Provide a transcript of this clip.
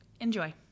Enjoy